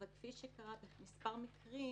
אבל כפי שקרה במספר מקרים